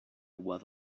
was